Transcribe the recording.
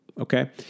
okay